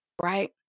right